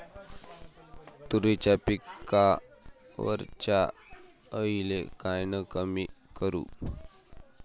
तुरीच्या पिकावरच्या अळीले कायनं कमी करू?